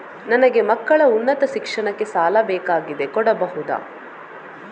ನನಗೆ ಮಕ್ಕಳ ಉನ್ನತ ಶಿಕ್ಷಣಕ್ಕೆ ಸಾಲ ಬೇಕಾಗಿದೆ ಕೊಡಬಹುದ?